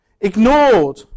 ignored